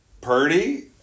Purdy